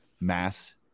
mass